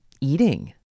eating